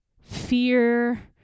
fear